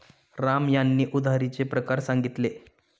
राम यांनी उधारीचे प्रकार सांगितले